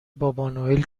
بابانوئل